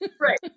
Right